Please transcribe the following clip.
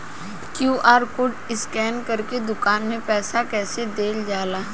QR code scan करके दुकान में पईसा कइसे देल जाला?